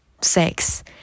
sex